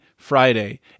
Friday